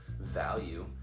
value